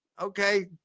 Okay